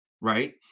right